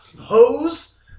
Hose